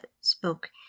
spoke